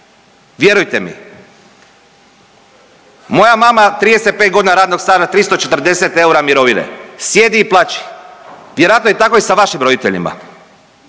Vjerujte mi. Moja mama, 35 godina radnog staža, 340 eura mirovine. Sjedi i plači. Vjerojatno je tako i sa vašim roditeljima.